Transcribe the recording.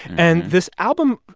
and this album,